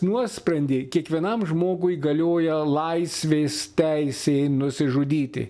nuosprendį kiekvienam žmogui galioja laisvės teisė nusižudyti